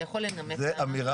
אתה יכול לנמק למה?